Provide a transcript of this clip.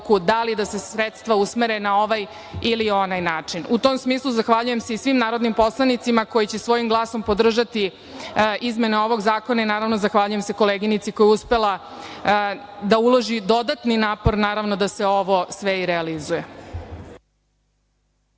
da li da se sredstva usmere na ovaj ili onaj način. U tom smislu zahvaljujem se svim narodnim poslanicima koji će svojim glasom podržati izmene ovog zakona i naravno, zahvaljujem se koleginici koja je uspela da uloži dodatni napor da se ovo sve i realizuje.